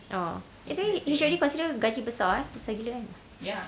orh eh then usually consider gaji besar eh besar gila kan